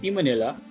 Manila